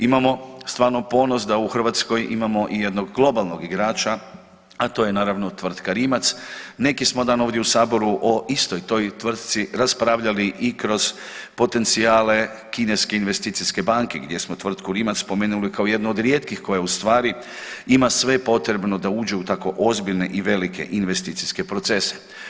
Imamo stvarno ponos da u Hrvatskoj imamo jednog globalnog igrača, a to je naravno tvrtka Rimac, neki smo dan ovdje u saboru o istoj toj tvrtci raspravljali i kroz potencijale Kineske investicijske banke gdje smo tvrtku Rimac spomenuli kao jednu od rijetkih koja u stvari ima sve potrebno da uđe u tako ozbiljne i velike investicijske procese.